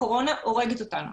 הקורונה הורגת אותנו,